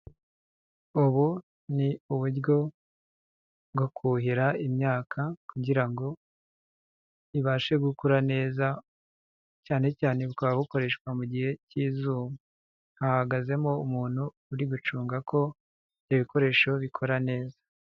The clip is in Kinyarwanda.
Ubu ni uburyo bwo kuhira imyaka kugira ngo ibashe gukura neza, cyane cyane bukaba bukoreshwa mu gihe cy'izuba, hahagazemo umuntu uri gucunga ko ibyo ibikoresho bikora neza.